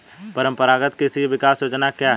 परंपरागत कृषि विकास योजना क्या है?